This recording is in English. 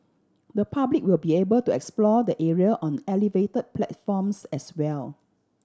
the public will be able to explore the area on elevate platforms as well